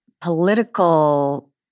political